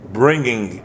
bringing